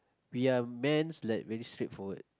we are men like very straightforward